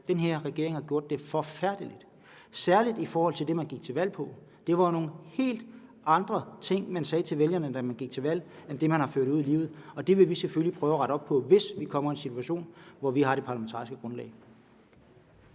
den her regering har gjort det forfærdeligt – særlig i forhold til det, man gik til valg på. Det var jo nogle helt andre ting, man sagde til vælgerne, da man gik til valg, end det, man har ført ud i livet, og det vil vi selvfølgelig prøve at rette op på, hvis vi kommer i en situation, hvor vi har det parlamentariske grundlag.